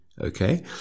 okay